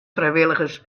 frijwilligers